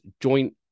joint